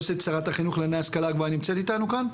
ות"ת יצאה עם תכנית לטעמנו מהפכנית,